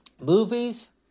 movies